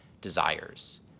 desires